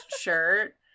shirt